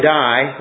die